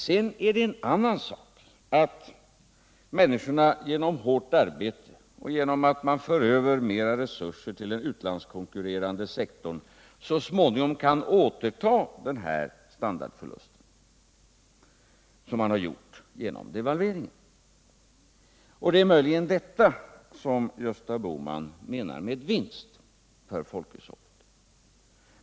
Sedan är det en annan sak att människorna genom hårt arbete och genom att det förs över mera resurser till den utlandskonkurrerande sektorn så småningom kan återta den standardförlust som gjordes genom devalveringen. Och det är möjligen detta som Gösta Bohman kallar för vinst för folkhushållet.